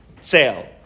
Sale